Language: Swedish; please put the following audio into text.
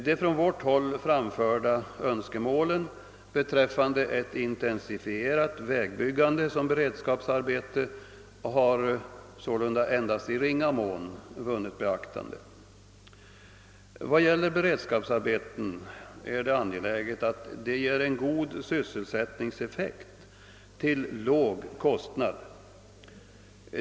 De från vårt håll framförda önskemålen beträffande ett intensifierat vägbyggande som beredskapsarbete har sålunda endast i ringa mån vunnit beaktande. Vad gäller beredskapsarbeten är det angeläget att de ger en god sysselsättningseffekt till låg kostnad.